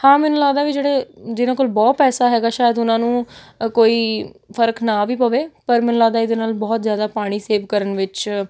ਹਾਂ ਮੈਨੂੰ ਲੱਗਦਾ ਵੀ ਜਿਹੜੇ ਜਿਹਨਾਂ ਕੋਲ ਬਹੁਤ ਪੈਸਾ ਹੈਗਾ ਸ਼ਾਇਦ ਉਹਨਾਂ ਨੂੰ ਕੋਈ ਫ਼ਰਕ ਨਾ ਵੀ ਪਵੇ ਪਰ ਮੈਨੂੰ ਲੱਗਦਾ ਇਹਦੇ ਨਾਲ ਬਹੁਤ ਜ਼ਿਆਦਾ ਪਾਣੀ ਸੇਵ ਕਰਨ ਵਿੱਚ